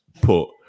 put